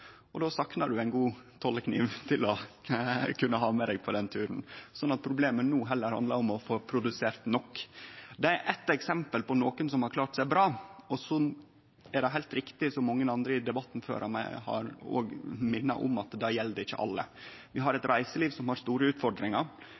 og då saknar du ein god tollekniv til å kunne ha med deg på den turen. Så problemet handlar no heller om å få produsert nok. Dette er eitt eksempel på nokon som har klart seg bra. Så er det heilt riktig, som mange andre i debatten før meg òg har minna om, at dette gjeld ikkje alle. Vi har